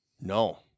no